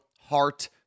heart